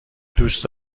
دوست